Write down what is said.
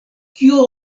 kio